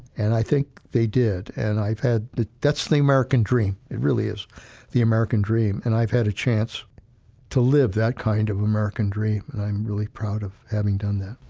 and i think they did. and i've had the that's the american dream. it really is the american dream, and i've had a chance to live that kind of american dream, and i'm really proud of having done that.